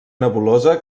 nebulosa